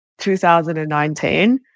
2019